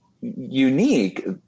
unique